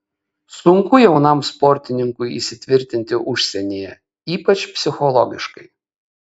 sunku jaunam sportininkui įsitvirtinti užsienyje ypač psichologiškai